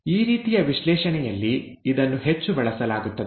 ಈ ರೀತಿಯ ವಿಶ್ಲೇಷಣೆಯಲ್ಲಿ ಇದನ್ನು ಹೆಚ್ಚು ಬಳಸಲಾಗುತ್ತದೆ